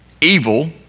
evil